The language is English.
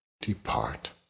depart